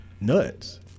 nuts